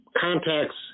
contacts